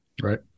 Right